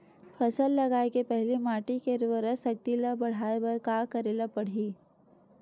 फसल लगाय के पहिली माटी के उरवरा शक्ति ल बढ़ाय बर का करेला पढ़ही?